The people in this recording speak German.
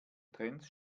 trends